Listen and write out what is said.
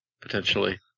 potentially